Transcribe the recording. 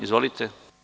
Izvolite.